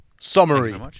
Summary